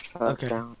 Okay